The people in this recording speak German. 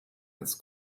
als